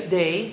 day